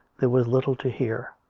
there was little to hear.